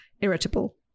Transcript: irritable